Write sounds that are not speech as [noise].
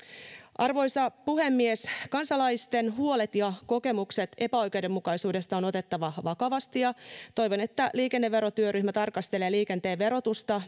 arvoisa puhemies kansalaisten huolet ja kokemukset epäoikeudenmukaisuudesta on otettava vakavasti ja toivon että liikenneverotyöryhmä tarkastelee liikenteen verotusta [unintelligible]